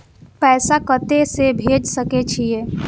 पैसा कते से भेज सके छिए?